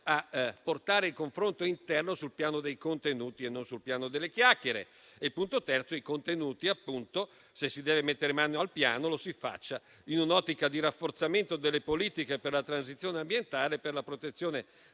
a portare il confronto interno sul piano dei contenuti e non su quello delle chiacchiere. Il terzo punto riguarda i contenuti: se si deve mettere mano al piano, lo si faccia in un'ottica di rafforzamento delle politiche per la transizione ambientale, per la protezione